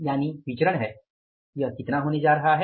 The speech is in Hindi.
तो विचरण है यह कितना होने जा रहा है